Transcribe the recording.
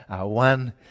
one